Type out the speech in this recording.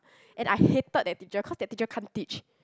and I hated that teacher cause that teacher can't teach